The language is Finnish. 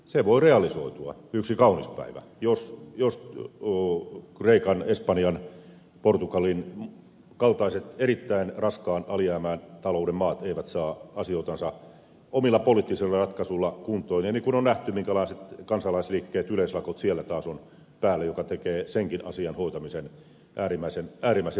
se voi realisoitua yksi kaunis päivä jos kreikan espanjan portugalin kaltaiset erittäin raskaasti alijäämäisen talouden maat eivät saa asioitansa omilla poliittisilla ratkaisuilla kuntoon ja on nähty minkälaiset kansalaisliikkeet yleislakot siellä taas ovat päällä mikä tekee senkin asian hoitamisen äärimmäisen vaikeaksi